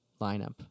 lineup